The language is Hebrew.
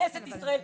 כנסת ישראל,